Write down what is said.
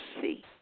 see